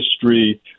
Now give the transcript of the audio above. history